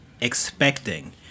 expecting